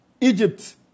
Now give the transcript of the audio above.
Egypt